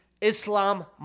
Islam